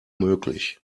möglich